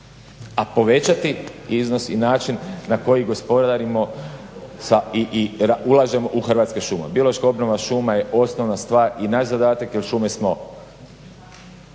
a povećati iznos i način na koji gospodarimo sa i ulažemo u Hrvatske šume. Biološka obnova šuma je osnovna stvar i naš zadatak je, od šume smo